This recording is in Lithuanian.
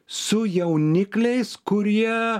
su jaunikliais kurie